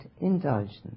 indulgence